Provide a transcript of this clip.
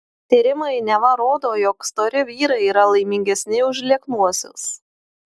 tyrimai neva rodo jog stori vyrai yra laimingesni už lieknuosius